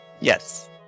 Yes